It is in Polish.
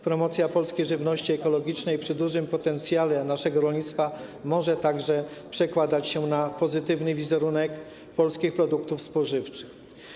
Promocja polskiej żywności ekologicznej przy dużym potencjale naszego rolnictwa może także przekładać się na pozytywny wizerunek polskich produktów spożywczych.